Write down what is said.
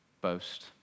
boast